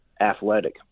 athletic